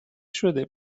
شده